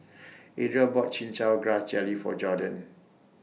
Adriel bought Chin Chow Grass Jelly For Jorden